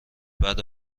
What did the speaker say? بده